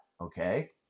okay